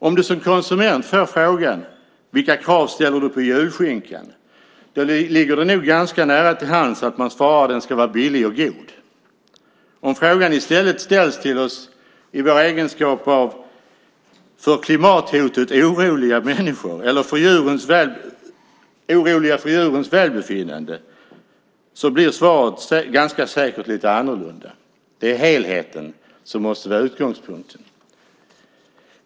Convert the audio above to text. Om man som konsument får frågan vilka krav man ställer på julskinkan ligger det nog ganska nära till hands att man svarar att den ska vara billig och god. Om frågan i stället ställs till oss i vår egenskap av människor som är oroliga för klimathotet eller i vår egenskap av människor som är oroliga för djurens välbefinnande blir svaret ganska säkert lite annorlunda. Det är helheten som måste vara utgångspunkten.